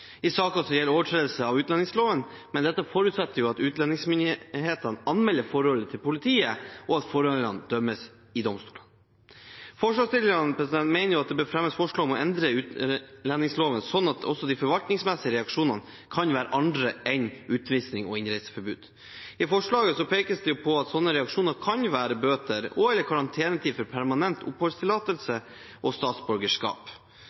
i saker som gjelder overtredelse av utlendingsloven, men dette forutsetter jo at utlendingsmyndighetene anmelder forholdet til politiet, og at forholdene dømmes i domstolene. Forslagsstillerne mener at det bør fremmes forslag om å endre utlendingsloven slik at de forvaltningsmessige reaksjonene kan være andre enn utvisnings- og innreiseforbud. I forslaget pekes det på at slike reaksjoner kan være bøter og/eller karantenetid for permanent